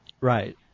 Right